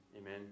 amen